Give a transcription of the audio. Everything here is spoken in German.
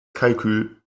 kalkül